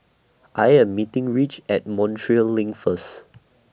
I Am meeting Ridge At Montreal LINK First